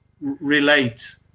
relate